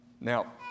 Now